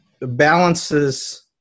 balances